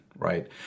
right